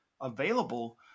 available